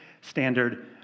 Standard